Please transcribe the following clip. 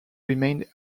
remained